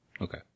Okay